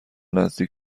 نزدیک